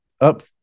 up